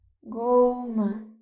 goma